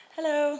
Hello